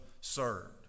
served